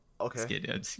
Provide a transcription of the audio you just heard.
Okay